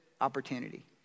opportunity